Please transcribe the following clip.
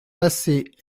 passé